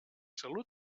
salut